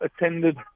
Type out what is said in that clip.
attended